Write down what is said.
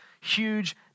huge